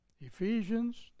Ephesians